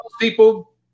people